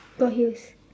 got heels